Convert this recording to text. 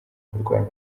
kurwanya